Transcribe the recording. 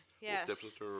Yes